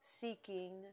seeking